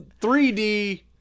3D